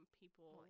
people